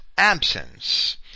absence